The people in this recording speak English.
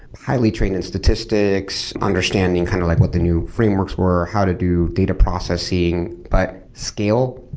highly trained and statistics, understanding kind of like what the new frameworks were, how to do data processing, but scale,